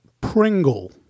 Pringle